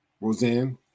Roseanne